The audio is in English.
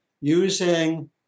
using